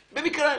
במקרה,